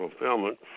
fulfillment